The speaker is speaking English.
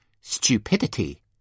stupidity